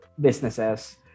businesses